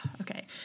okay